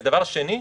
ודבר שני,